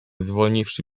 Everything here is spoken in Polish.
zwolniwszy